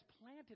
planted